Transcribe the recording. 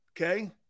okay